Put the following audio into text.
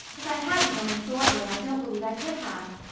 if i hadn't won the thorburn i don't believe i could have.